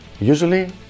Usually